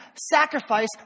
sacrifice